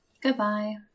Goodbye